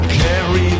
carry